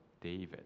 David